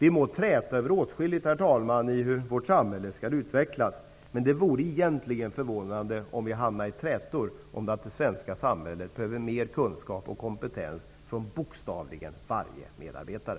Vi må träta om åtskilligt, herr talman, när det gäller hur vårt samhälle skall utvecklas, men det vore förvånande om vi hamnar i trätor om att det svenska samhället behöver mer kunskap och kompetens från bokstavligt talat varje medarbetare.